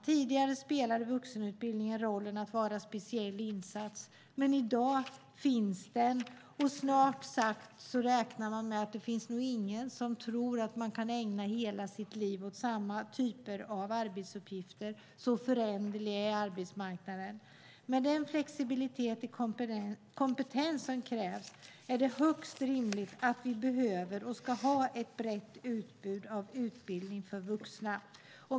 Tidigare spelade vuxenutbildningen rollen att vara en speciell insats, men i dag finns den. Det är snart sagt ingen som i dag tror att man kan räkna med att kunna ägna hela sitt liv åt samma typ av arbetsuppgifter; så föränderlig är arbetsmarknaden. Med den flexibilitet i kompetensen som i dag krävs är det högst rimligt att säga att vi behöver och ska ha ett brett utbud av utbildning för vuxna.